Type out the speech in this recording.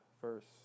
first